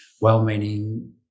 well-meaning